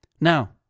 Now